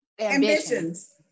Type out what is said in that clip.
Ambitions